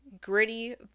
gritty